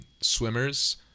Swimmers